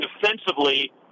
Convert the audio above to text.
defensively